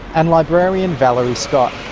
and librarian valerie scott.